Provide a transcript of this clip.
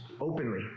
openly